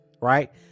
right